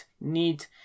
need